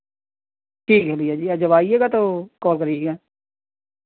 ठीक है ठीक है जी जब आइएगा तो कॉल करिएगा